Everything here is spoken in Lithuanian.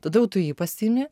tada jau tu jį pasiimi